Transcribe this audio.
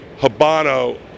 habano